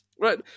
Right